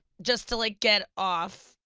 just to like get off,